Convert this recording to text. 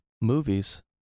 movies